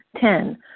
Ten